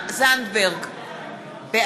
אם הייתה תקלה, כבוד השר.